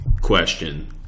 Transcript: question